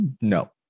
no